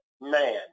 man